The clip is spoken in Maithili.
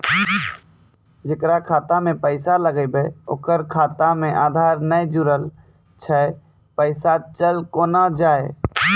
जेकरा खाता मैं पैसा लगेबे ओकर खाता मे आधार ने जोड़लऽ छै पैसा चल कोना जाए?